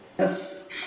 Yes